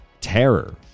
terror